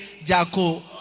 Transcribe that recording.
Jaco